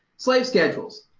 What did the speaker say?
slave schedules.